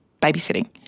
babysitting